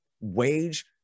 wage